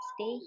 Stay